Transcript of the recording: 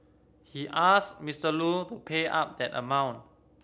he asked Mister Lu to pay up that amount